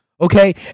okay